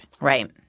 Right